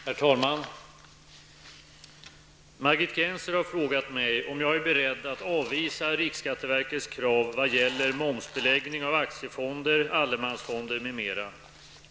Herr talman! Margit Gennser har frågat mig om jag är beredd att avvisa riksskatteverkets krav vad gäller momsbeläggning av aktiefonder, allemansfonder m.m.